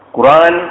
Quran